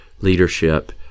leadership